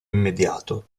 immediato